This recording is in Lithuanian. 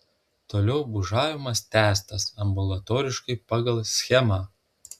toliau bužavimas tęstas ambulatoriškai pagal schemą